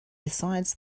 besides